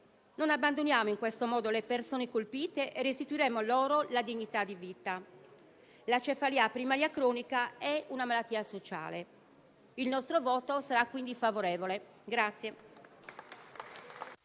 non abbandoniamo in questo modo le persone colpite e restituiremo loro la dignità di vita. La cefalea primaria cronica è una malattia sociale, quindi il nostro voto sarà favorevole.